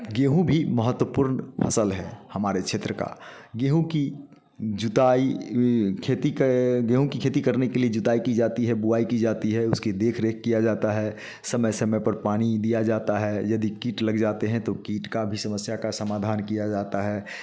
गेहूँ भी महत्वपूर्ण फसल है हमारे क्षेत्र का गेहूँ की जुताई गेहूँ की खेती करने के लिए जुताई की जाती है बुआई की जाती है उसकी देखरेख किया जाता है समय समय पर पानी दिया जाता है यदि कीट लग जाते हैं तो कीट का भी समस्या का समाधान किया जाता है